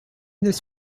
this